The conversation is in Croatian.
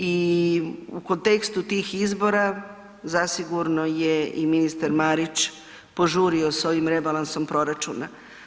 I u kontekstu tih izbora zasigurno je i ministar Marić požurio s ovim rebalansom proračuna.